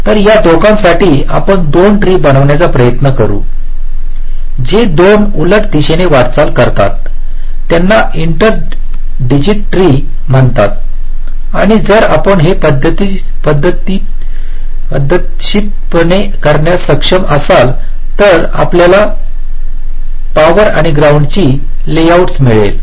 तर या दोघांसाठी आपण दोन ट्री बनवण्याचा प्रयत्न करू जे दोन उलट दिशेने वाटचाल करतात त्यांना इंटर डिजिट ट्री म्हणतात आणि जर आपण हे पद्धतशीरपणे करण्यास सक्षम असाल तर आपल्याला पॉवर आणि ग्राउंडची लेआऊटस मिळेल